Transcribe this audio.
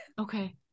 Okay